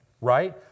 Right